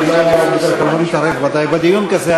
אני ודאי לא מתערב בדיון כזה,